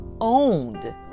owned